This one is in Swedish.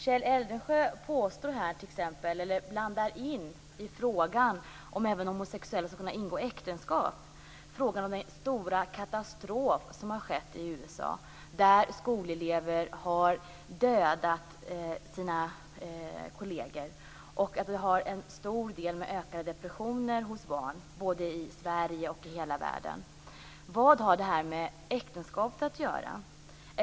Kjell Eldensjö, t.ex., blandar in den stora katastrof som skedde i USA då skolelever dödade sina kolleger i frågan om även homosexuella skall kunna ingå äktenskap. Han säger att antalet depressioner har ökat hos barn både i Sverige och i resten av världen. Vad har detta med äktenskapet att göra?